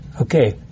Okay